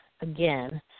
again